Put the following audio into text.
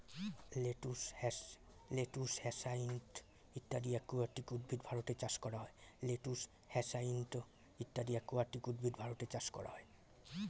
lettuce, hyacinth ইত্যাদি aquatic উদ্ভিদ ভারতে চাষ করা হয়